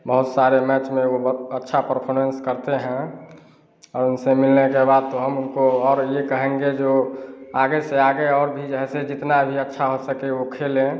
बहुत सारे मैच में वह बहुत अच्छा परफॉर्मेन्स करते हैं और उनसे मिलने के बाद तो हम उनको और यह कहेंगे जो आगे से आगे और भी जो है सो जितना भी अच्छा हो सके वह खेलें